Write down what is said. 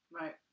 Right